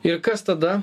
ir kas tada